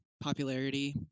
popularity